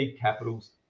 capitals